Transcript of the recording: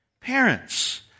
Parents